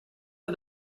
for